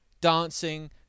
dancing